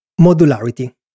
Modularity